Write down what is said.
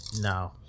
No